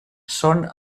són